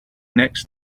next